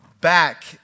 back